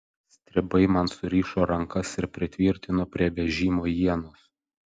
stribai man surišo rankas ir pritvirtino prie vežimo ienos